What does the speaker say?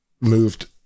moved